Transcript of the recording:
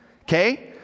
Okay